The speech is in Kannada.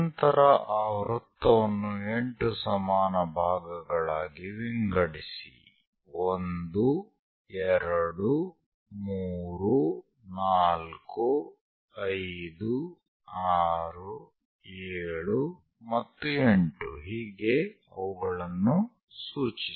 ನಂತರ ಆ ವೃತ್ತವನ್ನು 8 ಸಮಾನ ಭಾಗಗಳಾಗಿ ವಿಂಗಡಿಸಿ 1 2 3 4 5 6 7 ಮತ್ತು 8 ಹೀಗೆ ಅವುಗಳನ್ನು ಸೂಚಿಸಿ